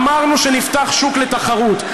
אמרנו שנפתח את השוק לתחרות.